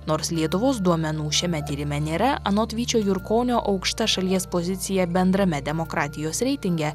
nors lietuvos duomenų šiame tyrime nėra anot vyčio jurkonio aukšta šalies pozicija bendrame demokratijos reitinge